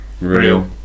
Real